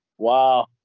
Wow